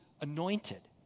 anointed